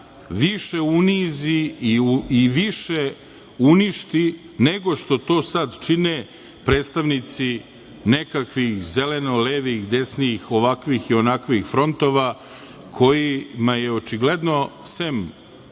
više unizi i više uništi, nego što sada čine predstavnici nekakvih zeleno levih, desnih, ovakvih i onakvih frontova, kojima je očigledno, sem,